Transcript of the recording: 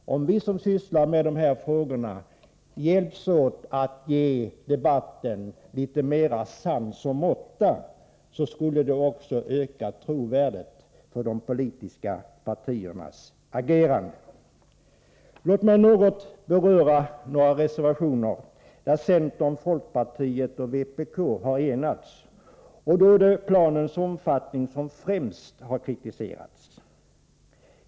Om vi som sysslar med dessa frågor hjälps åt att ge debatten litet mera sans och måtta skulle det också öka trovärdigheten för de politiska partiernas agerande. Låt mig något beröra några reservationer där centern, folkpartiet och vpk har enats. Det är planens omfattning som främst har kritiserats.